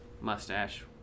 mustache